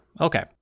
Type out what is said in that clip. Okay